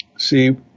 See